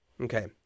okay